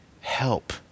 help